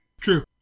True